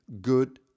good